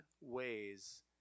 ways